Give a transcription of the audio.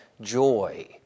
joy